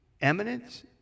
eminence